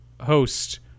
Host